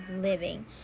living